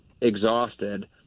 exhausted